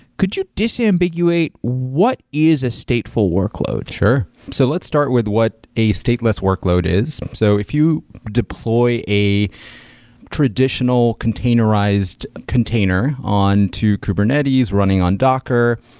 could you disambiguate what is a stateful workloads? sure. so let's start with what a stateless workload is. so if you deploy a traditional containerized container on to kubernetes running on docker,